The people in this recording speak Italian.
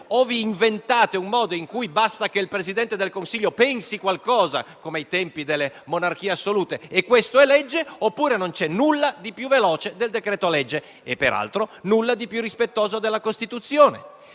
o vi inventate un modo per cui basta che il Presidente del Consiglio pensi qualcosa, come ai tempi delle monarchie assolute, e questo è legge, oppure non c'è nulla di più veloce del decreto-legge e, peraltro, nulla di più rispettoso della Costituzione.